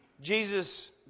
Jesus